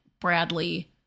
Bradley